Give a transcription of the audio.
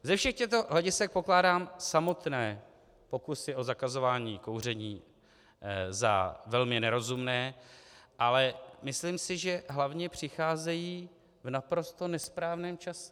Ze všech těchto hledisek pokládám samotné pokusy o zakazování kouření za velmi nerozumné, ale myslím si, že hlavně přicházejí v naprosto nesprávném čase.